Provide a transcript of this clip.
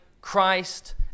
Christ